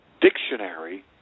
dictionary